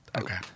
Okay